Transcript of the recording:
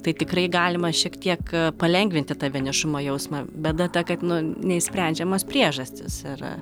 tai tikrai galima šiek tiek palengvinti tą vienišumo jausmą bėda ta kad nu neišsprendžiamos priežastys yra